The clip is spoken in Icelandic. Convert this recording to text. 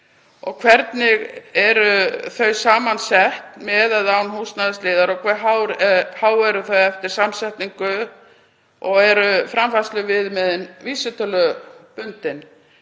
hvernig eru þau samansett með eða án húsnæðisliðar og hve há eru þau eftir samsetningu og eru framfærsluviðmiðin vísitölubundin?